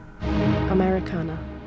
Americana